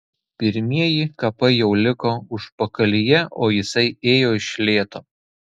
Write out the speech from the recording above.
pirmieji kapai jau liko užpakalyje o jisai ėjo iš lėto